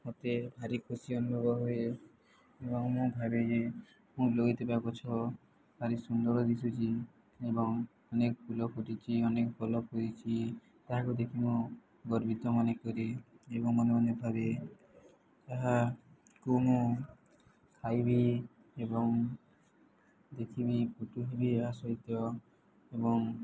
ମୋତେ ଭାରି ଖୁସି ଅନୁଭବ ହୁଏ ଏବଂ ମୁଁ ଭାବେ ଯେ ମୁଁ ଲଗେଇଥିବା ଗଛ ଭାରି ସୁନ୍ଦର ଦିଶୁଛି ଏବଂ ଅନେକ ଫୁଲ କରିୁଛି ଅନେକ ଫଳ ଫଳିଛି ତାହାକୁ ଦେଖି ମୁଁ ଗର୍ବିତ ମନେ କରେ ଏବଂ ମନେ ମନେ ଭବେ ତାହାକୁ ମୁଁ ଖାଇବି ଏବଂ ଦେଖିବି ଖୁସି ହେବି ଏହା ସହିତ ଏବଂ